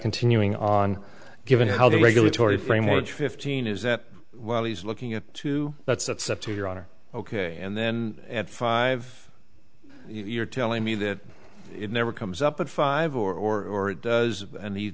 continuing on given how the regulatory framework fifteen is that while he's looking at two that's that's up to your honor ok and then at five you're telling me that it never comes up at five or does and the